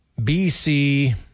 BC